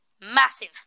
massive